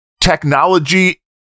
technology